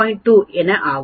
2 ஆகும்